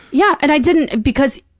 yeah, and i didn't because.